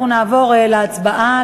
אנחנו נעבור להצבעה,